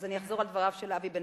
אז אני אחזור על דבריו של אבי בן-בסט,